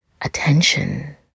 attention